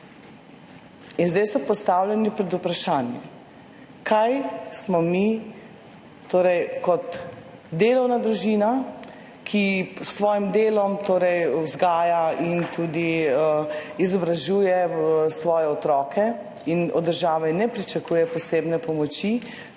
In zdaj so postavljeni pred vprašanje – kaj smo mi, torej kot delovna družina, ki s svojim delom torej vzgaja in tudi izobražuje svoje otroke in od države ne pričakuje posebne pomoči,